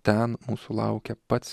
ten mūsų laukia pats